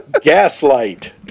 Gaslight